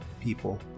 people